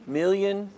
million